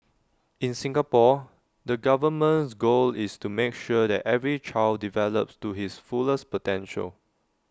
in Singapore the government's goal is to make sure that every child develops to his fullest potential